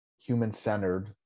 human-centered